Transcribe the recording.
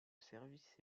service